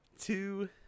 two